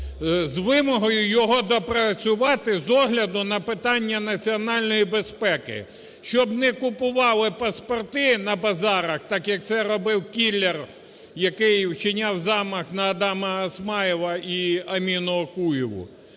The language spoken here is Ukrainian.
з вимогою його доопрацювати, з огляду на питання національної безпеки. Щоб не купували паспорти на базарах так, як це робив кіллер, який вчиняв замах на Адама Осмаєва і Аміну Окуєву.